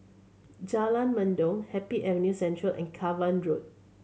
Jalan Mendong Happy Avenue Central and Cavan Road